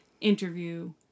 interview